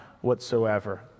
whatsoever